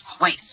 Wait